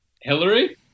Hillary